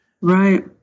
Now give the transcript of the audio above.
Right